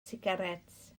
sigaréts